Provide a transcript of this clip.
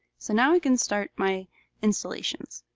so now i can start my installations.